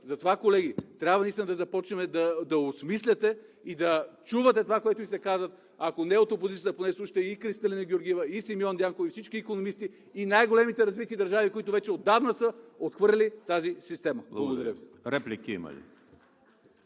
Затова, колеги, трябва наистина да започнете да осмисляте и да чувате това, което Ви се казва, ако не от опозицията, поне слушайте Кристалина Георгиева и Симеон Дянков, и всички икономисти, и най-големите развити държави, които вече отдавна са отхвърлили тази система. Благодаря Ви.